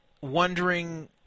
wondering